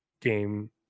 game